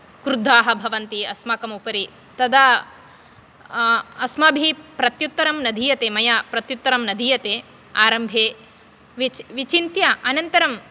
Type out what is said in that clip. क्रुद्धाः भवन्ति अस्माकम् उपरि तदा अस्माभिः प्रत्युत्तरं न दीयते मया प्रत्युत्तरं न दीयते आरम्भे विच् विचिन्त्य अनन्तरम्